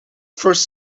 first